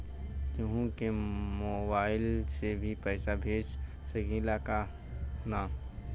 केहू के मोवाईल से भी पैसा भेज सकीला की ना?